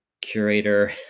curator